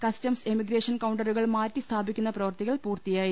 customs emigration കൌണ്ടറുകൾ മാറ്റി സ്ഥാപിക്കുന്ന പ്രവൃത്തികൾ പൂർത്തിയായി